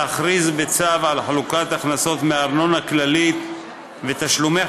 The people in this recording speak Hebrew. להכריז בצו על חלוקת הכנסות מארנונה כללית ותשלומי